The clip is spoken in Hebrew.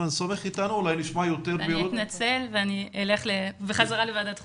אני אתנצל ואני אלך בחזרה לוועדת החוקה.